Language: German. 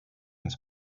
ins